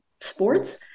sports